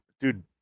dude